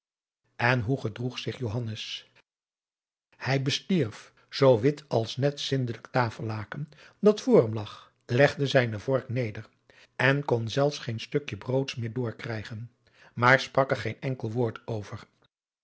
en hoe gedroeg zich johannes hij bestierf zoo wit als net zindelijk tafellaken dat voor hem lag legde zijne vork neder en kon zelfs geen slukje broods meêr door krijgen maar sprak er geen enkel woord over